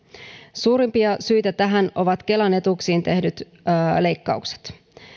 suurimpia syitä tähän ovat kelan etuuksiin tehdyt leikkaukset